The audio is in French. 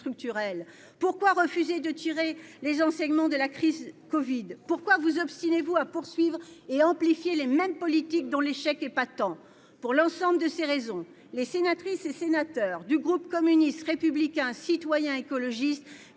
Pourquoi refuser de tirer les enseignements de la crise de la covid-19 ? Pourquoi vous obstinez-vous à poursuivre et à amplifier les mêmes politiques, dont l'échec est patent ? Pour l'ensemble de ces raisons, les sénatrices et sénateurs du groupe communiste républicain citoyen et écologiste,